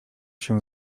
się